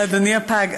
לאדוני הפג.